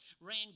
ran